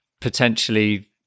potentially